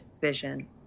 vision